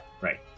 Right